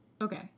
Okay